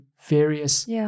various